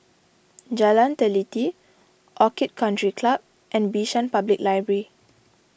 Jalan Teliti Orchid Country Club and Bishan Public Library